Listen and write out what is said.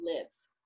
lives